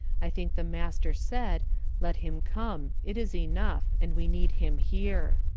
i think the master said let him come it is enough and we need him here.